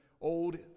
old